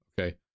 Okay